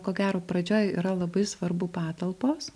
ko gero pradžioj yra labai svarbu patalpos